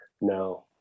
No